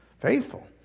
Faithful